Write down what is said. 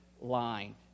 line